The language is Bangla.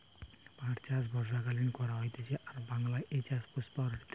পাট চাষ বর্ষাকালীন করা হতিছে আর বাংলায় এই চাষ প্সারিত